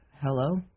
Hello